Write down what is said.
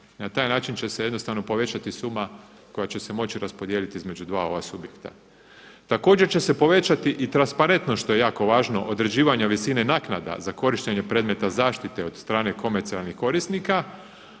Na taj način će se jednostavno povećati suma koja će se moći raspodijeliti između dva ova subjekta. Također će se povećati i transparentnost, što je jako važno, određivanja visina naknada za korištenje predmeta zaštite od strane komercijalnih korisnika,